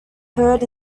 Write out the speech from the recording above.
heard